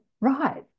right